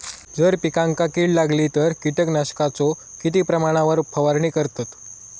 जर पिकांका कीड लागली तर कीटकनाशकाचो किती प्रमाणावर फवारणी करतत?